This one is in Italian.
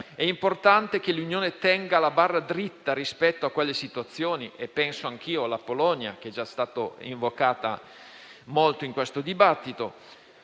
è importante che l'Unione tenga la barra dritta rispetto a quelle situazioni - penso anch'io alla Polonia, che è già stata evocata molto in questo dibattito